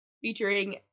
featuring